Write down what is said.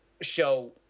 show